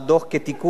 כתיקון,